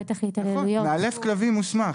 מאלף כלבים מוסמך.